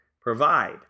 provide